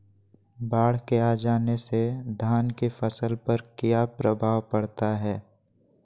बाढ़ के आ जाने से धान की फसल पर किया प्रभाव पड़ता है?